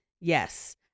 Yes